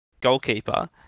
goalkeeper